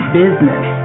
business